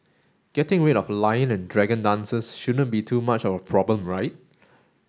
getting rid of lion and dragon dances shouldn't be too much of a problem right